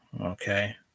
okay